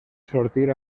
sortir